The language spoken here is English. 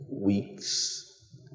weeks